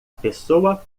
pessoa